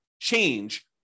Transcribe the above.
change